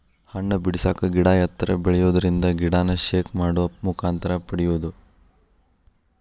ಹಣ್ಣ ಬಿಡಸಾಕ ಗಿಡಾ ಎತ್ತರ ಬೆಳಿಯುದರಿಂದ ಗಿಡಾನ ಶೇಕ್ ಮಾಡು ಮುಖಾಂತರ ಪಡಿಯುದು